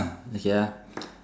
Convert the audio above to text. okay ah